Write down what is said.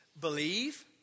believe